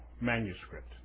manuscript